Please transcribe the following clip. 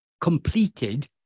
completed